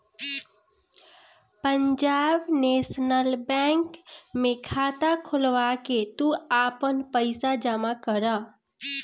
Punjab national bank में खाता खोलवा के तू आपन पईसा जमा करअ